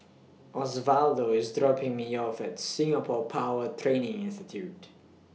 Osvaldo IS dropping Me off At Singapore Power Training Institute